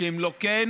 שאם לא כן,